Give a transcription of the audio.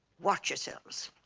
watch yourselves.